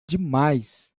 demais